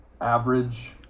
average